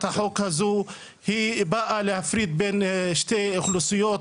החוק הזו היא באה להפריד בין שתי אוכלוסיות,